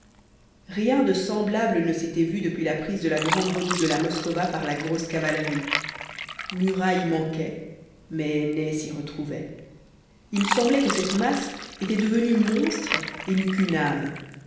rien de semblable ne s'était vu depuis la prise de la grande redoute de la moskowa par la grosse cavalerie murat y manquait mais ney s'y retrouvait il semblait que cette masse était devenue monstre et n'eût qu'une âme